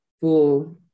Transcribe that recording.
full